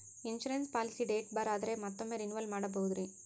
Insurance policy date ಬಾರ್ ಆದರೆ ಮತ್ತೊಮ್ಮೆ ರಿನಿವಲ್ ಮಾಡಬಹುದ್ರಿ?